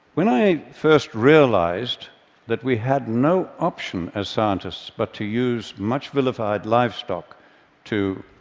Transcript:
when i first realized that we had no option as scientists but to use much-vilified livestock to